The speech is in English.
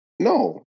No